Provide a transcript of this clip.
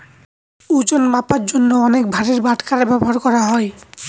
ওজন মাপার জন্য অনেক ভারের বাটখারা ব্যবহার করা হয়